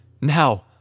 now